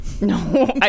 No